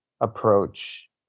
approach